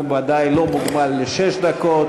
הוא בוודאי לא מוגבל לשש דקות,